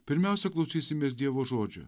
pirmiausia klausysimės dievo žodžio